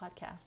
podcast